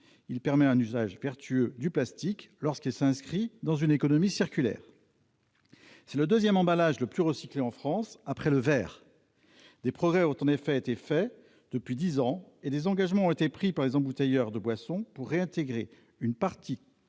il permet un usage vertueux du plastique lorsqu'il s'inscrit dans une économie circulaire. C'est le deuxième emballage le plus recyclé en France après le Vert, des progrès ont en effet été fait depuis 10 ans et des engagements ont été pris par les embouteilleurs de boissons pour réintégrer une partie